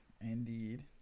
indeed